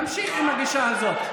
תמשיך עם הגישה הזאת.